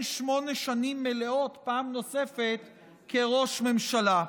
שמונה שנים מלאות פעם נוספת כראש ממשלה.